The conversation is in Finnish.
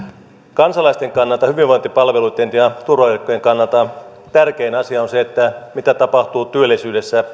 kansalaisten kannalta hyvinvointipalveluiden ja turvaverkkojen kannalta tärkein asia on se mitä tapahtuu työllisyydessä